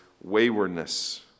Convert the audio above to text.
waywardness